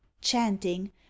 chanting